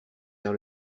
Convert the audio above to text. vers